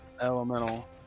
elemental